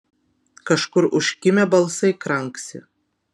kažkur užkimę balsai kranksi